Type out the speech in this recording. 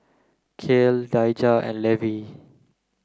Cael Daijah and Levy